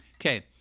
Okay